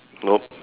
no